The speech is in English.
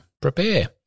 prepare